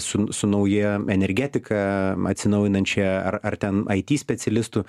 su n su nauja energetika atsinaujinančia ar ar ten ai ty specialistų